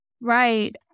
Right